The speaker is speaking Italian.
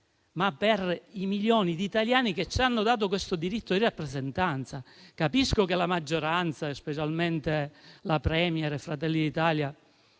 ma per i milioni di italiani che ci hanno dato questo diritto di rappresentanza. Capisco che la maggioranza, specialmente la *Premier* e Fratelli d'Italia,